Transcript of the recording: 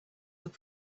look